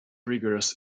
rigorous